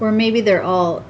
or maybe they're all